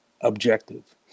objective